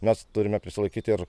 mes turime prisilaikyti ir